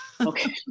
Okay